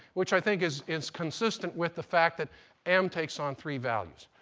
which i think is is consistent with the fact that m takes on three values.